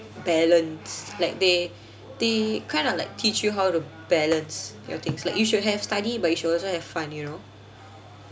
balanced like they they kind of like teach you how to balance your things like you should have study but you should also have fun you know